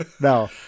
No